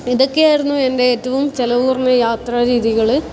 ഇതൊക്കെ ആയിരുന്നു എൻ്റെ ഏറ്റവും ചിലവ് കുറഞ്ഞ യാത്ര രീതികൾ